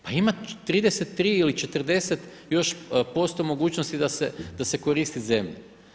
Pa ima 33 ili 40 još posto mogućnosti da se koristi zemlja.